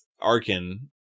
Arkin